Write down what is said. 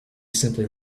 simply